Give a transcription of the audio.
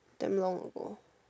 damn long ago